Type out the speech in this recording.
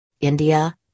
India